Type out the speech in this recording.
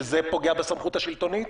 שזה פוגע בסמכות השלטונית?